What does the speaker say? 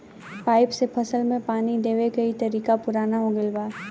pipe से फसल में पानी देवे के इ तरीका पुरान हो गईल बा